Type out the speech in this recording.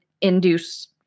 induce